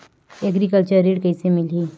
Agriculture ऋण कइसे मिलही?